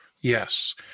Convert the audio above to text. Yes